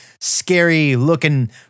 scary-looking